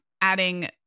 adding